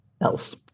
else